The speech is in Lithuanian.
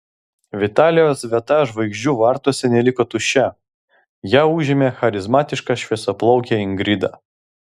vitalijos vieta žvaigždžių vartuose neliko tuščia ją užėmė charizmatiška šviesiaplaukė ingrida